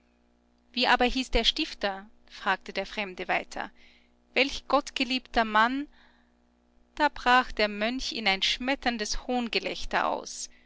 wie aber hieß der stifter fragte der fremde weiter welch gottgeliebter mann da brach der mönch in ein schmetterndes hohngelächter aus